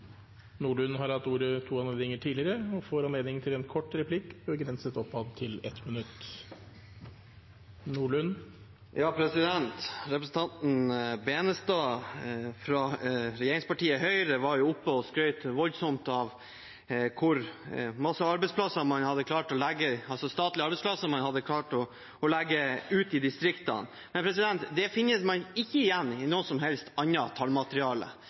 Nordlund har hatt ordet to ganger tidligere og får ordet til en kort merknad, begrenset til 1 minutt. Representanten Benestad fra regjeringspartiet Høyre var oppe og skrøt voldsomt av hvor mange statlige arbeidsplasser man har klart å legge ut til distriktene. Men det finner man ikke igjen i noe som helst annet tallmateriale.